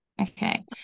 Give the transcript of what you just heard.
Okay